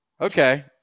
Okay